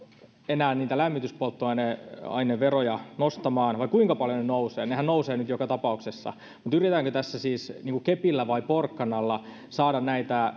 enää niitä lämmityspolttoaineveroja nostamaan vai kuinka paljon ne nousevat nehän nousevat nyt joka tapauksessa mutta yritetäänkö tässä siis kepillä tai porkkanalla saada näitä